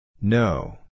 No